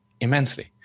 immensely